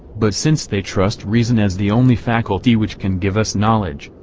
but since they trust reason as the only faculty which can give us knowledge,